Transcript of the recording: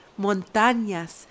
Montañas